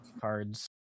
cards